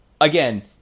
again